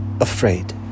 afraid